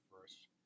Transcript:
first